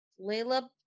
Layla